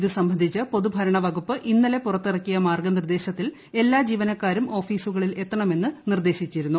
ഇതുസംബന്ധിച്ച് പൊതുഭരണ വകുപ്പ് ഇന്നലെ പുറത്തിറക്കിയ മാർഗ്ഗ നിർദ്ദേശത്തിൽ എല്ലാ ജീവനക്കാരും ഓഫീസുകളിൽ എത്തണമെന്ന് നിർദ്ദേശിച്ചിരുന്നു